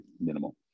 minimal